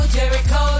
Jericho